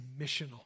missional